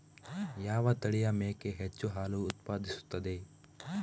ಯಾವ ತಳಿಯ ಮೇಕೆ ಹೆಚ್ಚು ಹಾಲು ಉತ್ಪಾದಿಸುತ್ತದೆ?